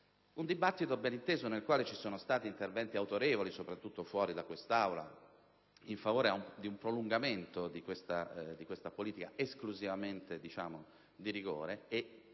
un dibattito - beninteso - nel quale ci sono stati interventi autorevoli, soprattutto fuori da quest'Aula, in favore del prolungamento di questa politica esclusivamente di rigore: